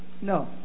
No